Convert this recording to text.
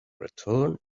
return